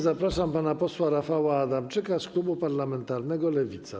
Zapraszam pana posła Rafała Adamczyka z klubu parlamentarnego Lewica.